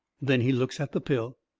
then he looks at the pill.